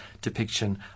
depiction